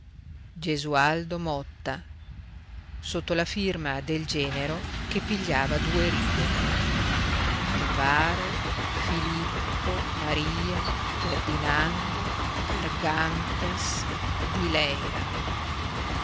gesualdo motta sotto la firma del genero che pigliava due righe alvaro filippo maria ferdinando gargantas di leyra